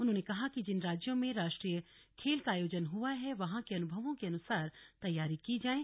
उन्होंने कहा कि जिन राज्यों में राष्ट्रीय खेल का आयोजन हआ है वहां के अनुभवों के अनुसार तैयारियां की जाएं